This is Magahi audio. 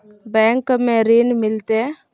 बैंक में ऋण मिलते?